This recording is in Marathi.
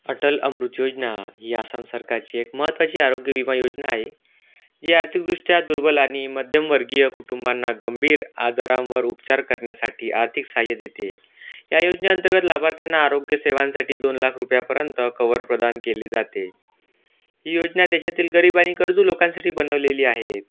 अटल अमृत योजना ही आसाम सरकारची एक महत्त्वाची आरोग्य विमा योजना आहे जी आर्थिकदृष्ट्या दुर्बल आणि मध्यमवर्गीय कुटुंबांना गंभीर आजारांवर उपचार करण्यासाठी आर्थिक साहाय्य देते या योजनेअंतर्गत लाभार्थ्यांना आरोग्य सेवांसाठी दोन लाख रुपयापर्यंत कवर प्रदान केले जाते ही योजना त्याच्यातील गरीब आणि गरजू लोकांसाठी बनवलेली आहेत